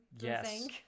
Yes